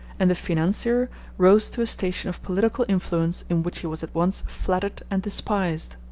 and the financier rose to a station of political influence in which he was at once flattered and despised.